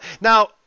Now